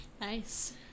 Nice